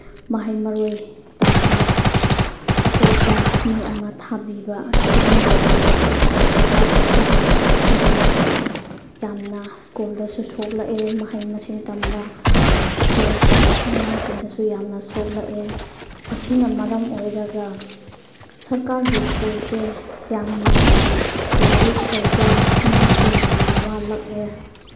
ꯃꯍꯩ ꯃꯔꯣꯏ ꯇꯝꯕ ꯑꯇꯣꯞꯄ ꯃꯤ ꯑꯃ ꯊꯥꯕꯤꯕ ꯇ꯭ꯔꯦꯅꯤꯡ ꯂꯣꯏꯗꯕ ꯑꯣꯖꯥꯕꯨ ꯊꯥꯕꯤꯕ ꯃꯔꯝ ꯑꯁꯤꯅ ꯌꯥꯝꯅ ꯁ꯭ꯀꯨꯜꯗꯁꯨ ꯁꯣꯛꯂꯛꯑꯦ ꯃꯍꯩ ꯃꯁꯤꯡ ꯇꯝꯕ ꯁ꯭ꯀꯨꯜ ꯑꯉꯥꯡꯁꯤꯡꯗꯁꯨ ꯌꯥꯝꯅ ꯁꯣꯛꯂꯛꯑꯦ ꯑꯁꯤꯅ ꯃꯔꯝ ꯑꯣꯏꯔꯒ ꯁꯔꯀꯥꯔꯒꯤ ꯁ꯭ꯀꯨꯜꯁꯦ ꯌꯥꯝꯅ ꯂꯥꯏꯔꯤꯛ ꯍꯩꯕ ꯃꯤ ꯃꯁꯤꯡ ꯌꯥꯝꯅ ꯋꯥꯠꯂꯛꯑꯦ